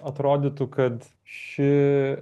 atrodytų kad ši